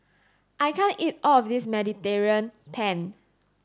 I can't eat all of this Mediterranean Penne